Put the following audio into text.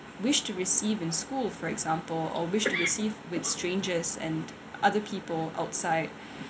wish to receive in school for example or wish to receive with strangers and other people outside